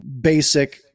basic